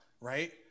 right